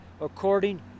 according